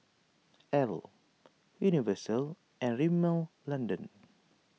Elle Universal and Rimmel London